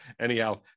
anyhow